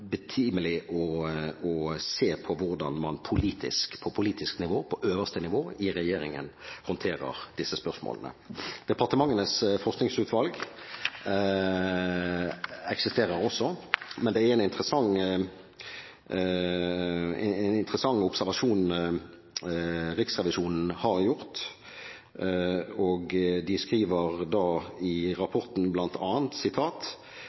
betimelig å se på hvordan man på politisk nivå, på øverste nivå i regjeringen, håndterer disse spørsmålene. Departementenes forskningsutvalg eksisterer også, men det er en interessant observasjon Riksrevisjonen har gjort, og de skriver bl.a. i